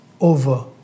over